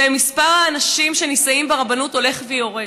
מספר האנשים שנישאים ברבנות הולך ויורד,